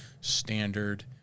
standard